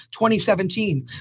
2017